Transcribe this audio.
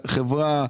אם איני טועה.